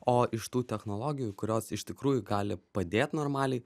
o iš tų technologijų kurios iš tikrųjų gali padėt normaliai